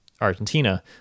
Argentina